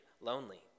lonely